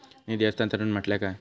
निधी हस्तांतरण म्हटल्या काय?